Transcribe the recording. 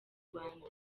rwanda